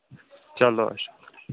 چلو اَچھا